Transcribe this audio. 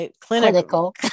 Clinical